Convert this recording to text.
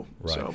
right